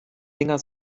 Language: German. dinger